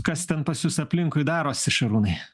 kas ten pas jus aplinkui darosi šarūnai